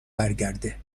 برگرده